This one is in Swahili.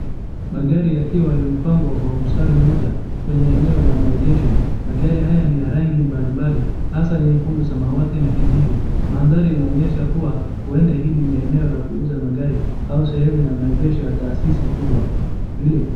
Magari yakiwa yamepangwa kwa mstari mmoja kwenye eneo la maegesho. Magari haya ni ya rangi mbalimbali hasa nyekundu, samawati na kijivu. Mandhari inaonyesha kuwa huenda hili ni eneo la kuuza magari au sehemu ya maegesho ya taasisi kubwa vile.